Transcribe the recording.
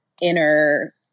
inner